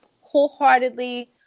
wholeheartedly